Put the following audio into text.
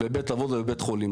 בבית אבות ובבית חולים.